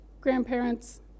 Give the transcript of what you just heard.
grandparents